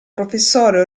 professore